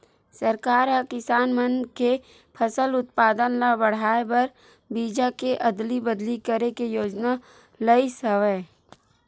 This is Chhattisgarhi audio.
सरकार ह किसान मन के फसल उत्पादन ल बड़हाए बर बीजा के अदली बदली करे के योजना लइस हवय